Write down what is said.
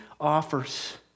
offers